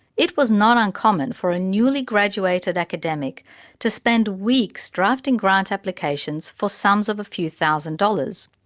it was not uncommon for a newly graduated academic to spend weeks drafting grant applications for sums of a few thousand dollars.